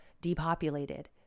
depopulated